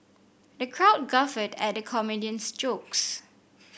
the crowd guffawed at the comedian's jokes